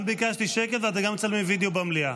גם ביקשתי שקט, ואתה גם מצלם וידיאו במליאה.